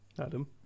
Adam